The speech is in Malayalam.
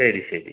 ശരി ശരി